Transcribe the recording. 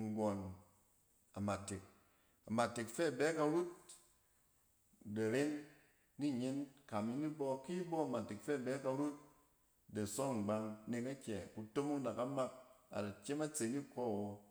nggↄn a matek. A matek fɛ bɛ karut, da ren ninyɛn kamin ni bↄ ki bↄ matek fɛ bɛ karut, da sↄ ngbang nek akyɛ? Kutomong da ka mak ada kyem atse niↄ wo.